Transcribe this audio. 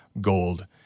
gold